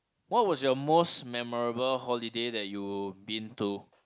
what was your most memorable holiday that you been to